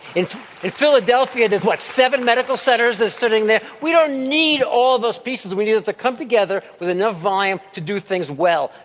in in philadelphia there's what seven medical centers sitting there. we don't need all those pieces. we need to come together with enough volume to do things well.